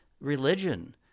religion